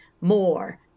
more